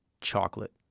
chocolate